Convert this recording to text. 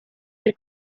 per